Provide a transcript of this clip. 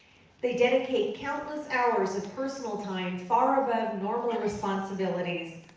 they dedicate countless hours of personal time, far above normal responsibilities,